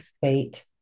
fate